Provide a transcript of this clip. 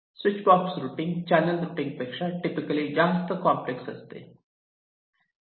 switch box routing channel routing पेक्षा typically जास्त complex असते